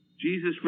Jesus